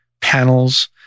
panels